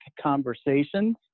conversations